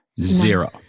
Zero